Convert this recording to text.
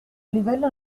livello